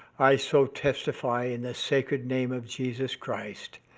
i so testify in the sacred name of jesus christ,